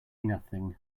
nothing